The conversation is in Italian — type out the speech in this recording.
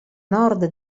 nord